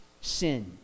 sin